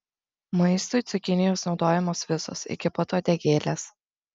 maistui cukinijos naudojamos visos iki pat uodegėlės